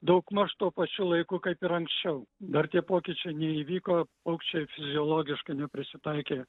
daugmaž tuo pačiu laiku kaip ir anksčiau dar tie pokyčiai neįvyko paukščiai fiziologiškai neprisitaikė